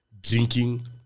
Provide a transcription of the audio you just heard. Drinking